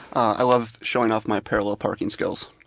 i love showing off my parallel parking skills.